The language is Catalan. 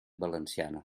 valenciana